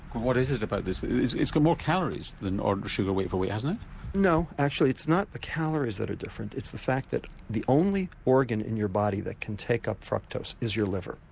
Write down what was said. what is it about this, it's got more calories than ordinary sugar weight for weight hasn't it? no, actually it's not the calories that are different it's the fact that the only organ in your body that can take up fructose is your liver.